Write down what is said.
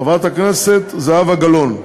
חברת הכנסת זהבה גלאון,